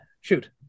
Shoot